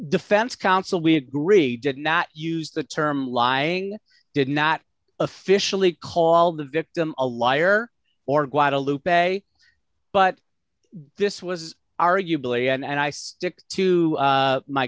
defense counsel we agree did not use the term lying did not officially call the victim a liar or guadalupe but this was arguably and i stick to